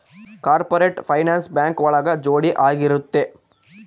corporate finance bank ಒಳಗ ಜೋಡಿ ಆಗಿರುತ್ತೆ